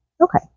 Okay